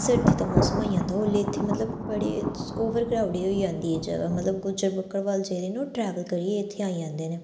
सर्दी दा मौसम होई जंदा ओल्लै इत्थें मतलब बड़े ओवर क्राउडी होई जंदी एह् जगह मतलब गुज्जर बकरबाल जेह्ड़े न ओह् ट्रैवल करियै इत्थै आई जंदे न